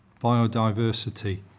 biodiversity